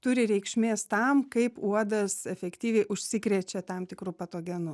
turi reikšmės tam kaip uodas efektyviai užsikrečia tam tikru patogenu